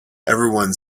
everyone